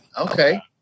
Okay